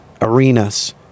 arenas